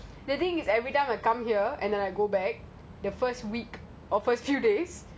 and then I'm talking like mah and lah only like O_G doesn't understand me